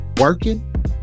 working